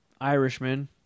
Irishman